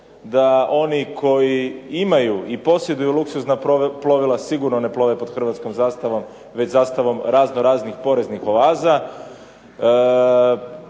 da oni koji imaju i posjeduju luksuzna plovila sigurno ne plove pod hrvatskom zastavom već zastavom razno raznih poreznih oaza.